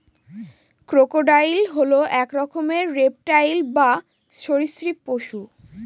crocodile হল এক রকমের রেপ্টাইল বা সরীসৃপ পশু